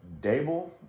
Dable